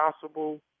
possible